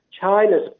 China's